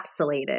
encapsulated